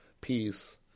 peace